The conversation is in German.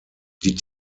die